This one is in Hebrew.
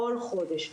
כל חודש,